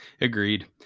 agreed